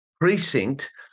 precinct